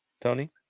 Tony